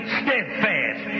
steadfast